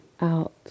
out